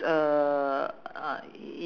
then yo~ you can have